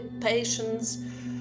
patients